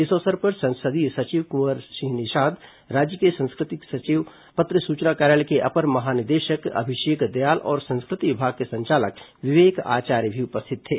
इस अवसर पर संसदीय सचिव कुंवर सिंह निषाद राज्य के संस्कृति सचिव अन्बलगन पी पत्र सूचना कार्यालय के अपर महानिदेशक अभिषेक दयाल और संस्कृति विभाग के संचालक विवेक आचार्य भी उपरिथित थे